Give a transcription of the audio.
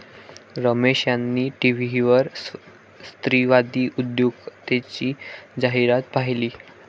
रमेश यांनी टीव्हीवर स्त्रीवादी उद्योजकतेची जाहिरात पाहिली